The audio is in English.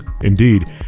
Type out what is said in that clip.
Indeed